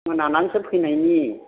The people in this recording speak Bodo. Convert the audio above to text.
मोनानासो फैनायनि